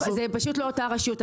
זה פשוט לא אותה רשות,